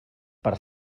per